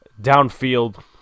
downfield